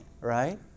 Right